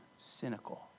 cynical